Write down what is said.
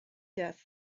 death